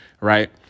right